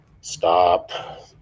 Stop